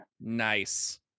nice